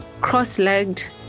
cross-legged